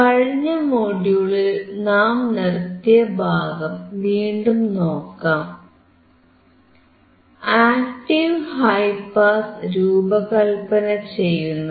കഴിഞ്ഞ മൊഡ്യൂളിൽ നാം നിർത്തിയ ഭാഗം വീണ്ടും നോക്കാം ആക്ടീവ് ഹൈ പാസ് രൂപകല്പന ചെയ്യുന്നത്